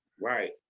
right